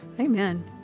Amen